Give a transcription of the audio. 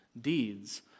deeds